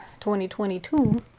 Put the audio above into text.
2022